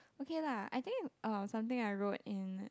okay lah I think uh something I wrote in